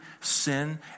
sin